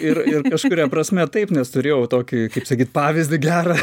ir ir kažkuria prasme taip nes turėjau tokį kaip sakyt pavyzdį gerą